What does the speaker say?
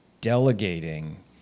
delegating